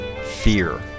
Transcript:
fear